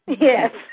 Yes